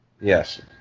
Yes